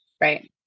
right